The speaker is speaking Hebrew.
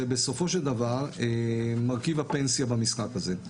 זה בסופו של דבר מרכיב הפנסיה במשחק הזה.